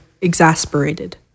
exasperated